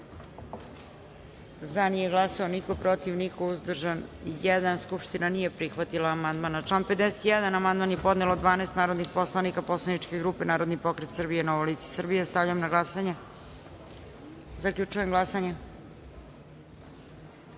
– nije glasao niko, protiv – niko, uzdržan – jedan. Skupština nije prihvatila amandman. Na član 54. amandman je podnelo 12 narodnih poslanika poslaničke grupe Narodni pokret Srbije – Novo lice Srbije. Stavljam na glasanje amandman. Zaključujem glasanje: